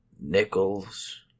nickels